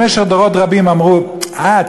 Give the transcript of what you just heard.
במשך דורות רבים אמרו: אה,